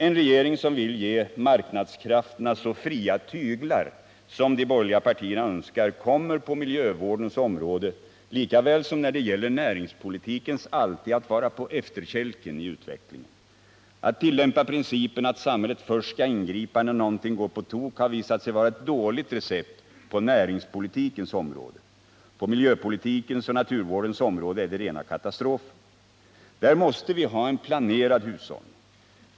En regering som vill ge marknadskrafterna så fria tyglar som de borgerliga partierna önskar kommer på miljövårdens område lika väl som när det gäller näringspolitikens alltid att vara på efterkälken i utvecklingen. Att tillämpa principen att samhället skall ingripa först när någonting går på tok har visat sig vara ett dåligt recept på näringspolitikens område. På miljöpolitikens och naturvårdens område är det rena katastrofen. Där måste vi ha en planerad hushållning.